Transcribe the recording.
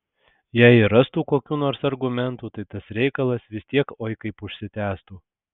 jei ir rastų kokių nors argumentų tai tas reikalas vis tiek oi kaip užsitęstų